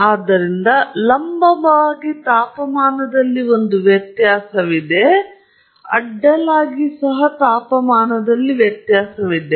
ಆದ್ದರಿಂದ ಲಂಬವಾಗಿ ತಾಪಮಾನದಲ್ಲಿ ಒಂದು ವ್ಯತ್ಯಾಸವಿದೆ ಅಡ್ಡಲಾಗಿ ಸಹ ತಾಪಮಾನದಲ್ಲಿ ವ್ಯತ್ಯಾಸವಿದೆ